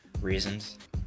reasons